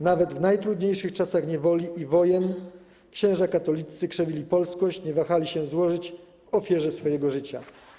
Nawet w najtrudniejszych czasach niewoli i wojen księża katoliccy krzewili polskość, nie wahali się złożyć w ofierze swojego życia.